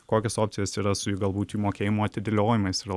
kokios opcijos yra su jų galbūt jų mokėjimo atidėliojimais yra